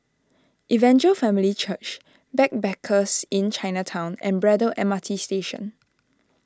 Evangel Family Church Backpackers Inn Chinatown and Braddell M R T Station